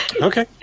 Okay